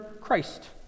Christ